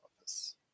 office